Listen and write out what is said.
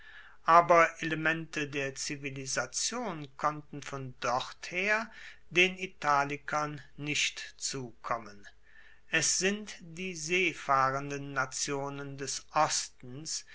aber elemente der zivilisation konnten von dort her den italikern nicht zukommen es sind die seefahrenden nationen des ostens